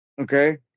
Okay